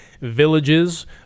villages